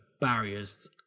barriers